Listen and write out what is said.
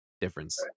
difference